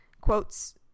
quotes